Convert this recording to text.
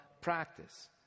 practice